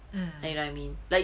you know what I mean like